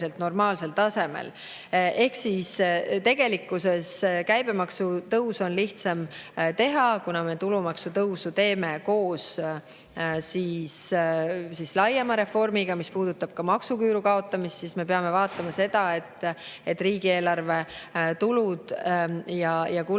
normaalsel tasemel. Ehk tegelikkuses on käibemaksutõusu lihtsam teha, kuna me tulumaksutõusu teeme koos laiema reformiga, mis puudutab ka maksuküüru kaotamist. Me peame vaatama, et riigieelarve tulud ja kulud